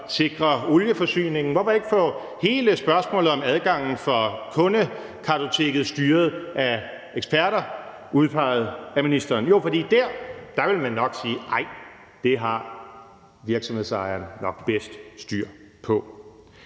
sikre olieforsyningen? Hvorfor ikke få hele spørgsmålet om adgangen til kundekartoteket styret af eksperter udpeget af ministeren? Jo, for der vil man nok sige: Nej, det har virksomhedsejerne nok bedst styr på.